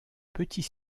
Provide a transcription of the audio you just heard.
petit